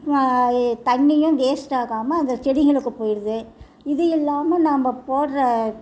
தண்ணியும் வேஸ்ட்டாகாமல் அந்த செடிங்களுக்குப் போயிருது இது இல்லாமல் நம்ப போடுற